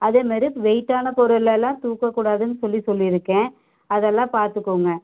அதே மாதிரி வெயிட்டான பொருள் எல்லாம் தூக்கக்கூடாதுன்னு சொல்லி சொல்லியிருக்கேன் அதெல்லாம் பார்த்துக்கோங்க